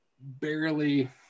barely